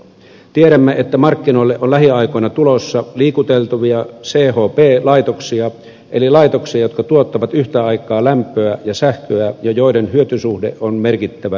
tiedämme että markkinoille on lähiaikoina tulossa liikuteltavia chp laitoksia eli laitoksia jotka tuottavat yhtä aikaa lämpöä ja sähköä ja joiden hyötysuhde on merkittävän korkea